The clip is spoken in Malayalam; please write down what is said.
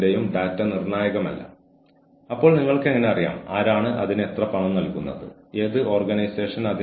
കൂടാതെ ആ വിഭാഗത്തിനുള്ളിലെ പുരോഗതി ജീവനക്കാർക്ക് വ്യക്തമാക്കാം